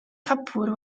cupboard